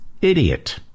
idiot